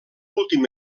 últim